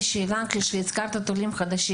הזכרת עולים חדשים.